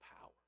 power